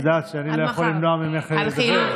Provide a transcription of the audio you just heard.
את יודעת שאני לא יכול למנוע ממך לדבר.